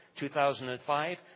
2005